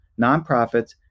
nonprofits